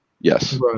Yes